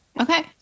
Okay